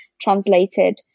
translated